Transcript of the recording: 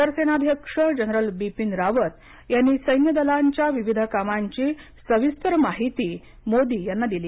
सरसेनाध्यक्ष जनरल बिपीन रावत यांनी सैन्य दलांच्या विविध कामांची सविस्तर माहिती मोदी यांना दिली